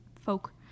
folk